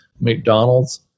McDonald's